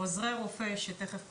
עוזרי רופא, שתכף פרופ'